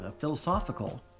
philosophical